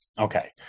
Okay